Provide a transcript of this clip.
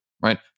right